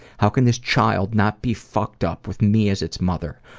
how can this child not be fucked up with me as its mother?